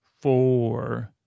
four